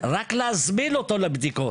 רק להזמין אותו לבדיקות.